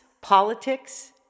Politics